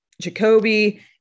Jacoby